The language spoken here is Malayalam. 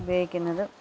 ഉപയോഗിക്കുന്നത്